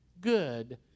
good